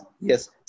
yes